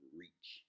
reach